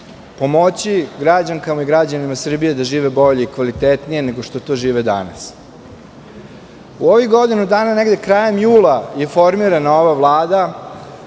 pomoći građankama i građanima Srbije da žive bolje i kvalitetnije, nego što žive danas.U ovih godinu dana, negde krajem jula je formirana ova Vlada,